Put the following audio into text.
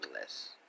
less